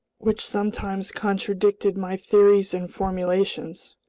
which sometimes contradicted my theories and formulations.